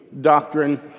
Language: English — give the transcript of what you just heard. doctrine